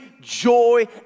joy